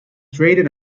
traded